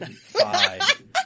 Five